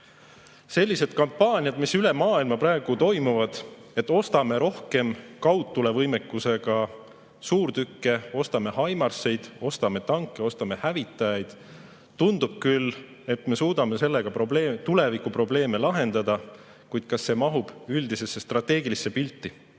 Sellised kampaaniad, mis üle maailma praegu toimuvad, et ostame rohkem kaudtulevõimekusega suurtükke, ostame HIMARS‑e, ostame tanke, ostame hävitajaid – tundub küll, et me suudame sellega tulevikuprobleeme lahendada, kuid kas see mahub üldisesse strateegilisse pilti?